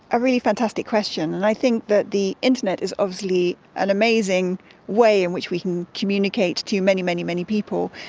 a really fantastic question, and i think that the internet is obviously an amazing way in which we can communicate to many, many, many people.